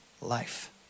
life